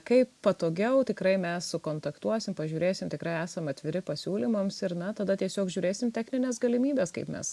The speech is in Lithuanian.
kaip patogiau tikrai mes sukontaktuosim pažiūrėsim tikrai esam atviri pasiūlymams ir na tada tiesiog žiūrėsim technines galimybes kaip mes